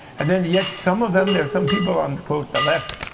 and then, yet some of them, there are some people on quote the left,